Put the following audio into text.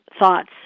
thoughts